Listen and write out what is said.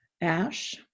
ash